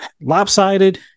lopsided